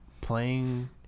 playing